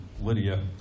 Lydia